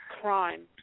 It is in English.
crime